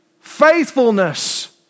faithfulness